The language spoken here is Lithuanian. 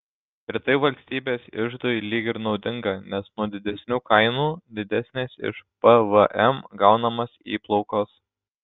ir tai valstybės iždui lyg ir naudinga nes nuo didesnių kainų didesnės iš pvm gaunamos įplaukos